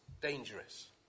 dangerous